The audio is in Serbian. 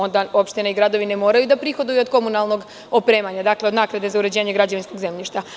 Onda opštine i gradovi ne moraju da prihoduju od komunalnog opremanja, od naknade za uređenja građevinskog zemljišta.